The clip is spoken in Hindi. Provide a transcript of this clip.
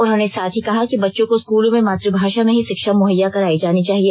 उन्होंने साथ ही कहा कि बच्चों को स्कूलों में मातुभाषा में ही शिक्षा मुहैया कराई जानी चाहिए